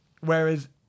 Whereas